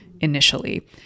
initially